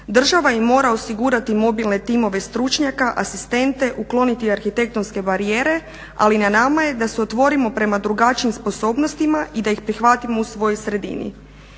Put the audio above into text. Država im mora osigurati mobilne timove stručnjaka, asistente, ukloniti arhitektonske barijere. Ali na nama je da se otvorimo prema drugačijim sposobnostima i da ih prihvatimo u svojoj sredini.